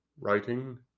writing